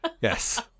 Yes